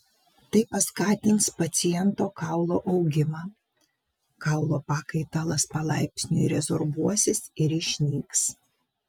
tai paskatins paciento kaulo augimą kaulo pakaitalas palaipsniui rezorbuosis ir išnyks